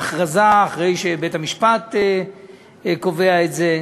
להכרזה, אחרי שבית-המשפט קובע את זה,